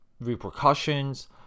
repercussions